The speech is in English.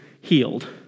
healed